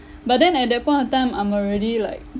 but then at that point of time I'm already like